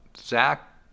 Zach